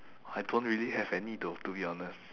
I don't really have any though to be honest